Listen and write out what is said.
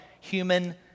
human